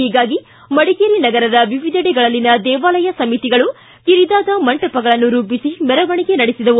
ಹೀಗಾಗಿ ಮಡಿಕೇರಿ ನಗರದ ವಿವಿಧೆಡೆಗಳಲ್ಲಿನ ದೇವಾಲಯ ಸಮಿತಿಗಳು ಕಿರಿದಾದ ಮಂಟಪಗಳನ್ನು ರೂಪಿಸಿ ಮೆರವಣಿಗೆ ನಡೆಸಿದವು